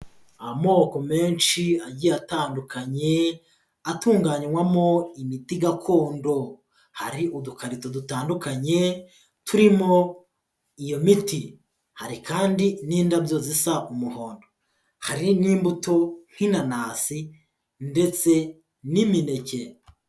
Amoko menshi agiye atandukanye, atunganywamo imiti gakondo, hari udukarito dutandukanye turimo iyo miti, hari kandi n'indabyo zisa umuhondo, hari n'imbuto nk'inanasi ndetse n'imineke.